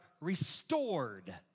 restored